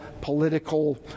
political